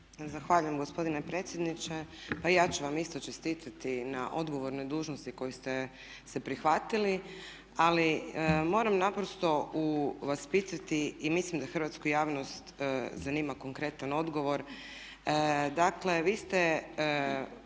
Zahvaljujem gospodine predsjedniče. Pa i ja ću vam isto čestitati na odgovornoj dužnosti koje ste se prihvatili, ali moram naprosto vas pitati i mislim da hrvatsku javnost zanima konkretan odgovor.